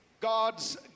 God's